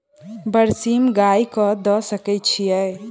बरसीम गाय कऽ दऽ सकय छीयै?